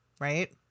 right